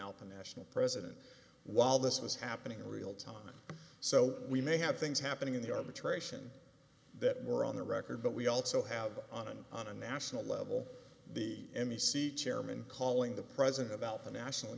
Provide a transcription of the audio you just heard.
alpa national president while this was happening in real time so we may have things happening in the arbitration that were on the record but we also have on on a national level the m e c chairman calling the president about the national and